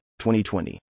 2020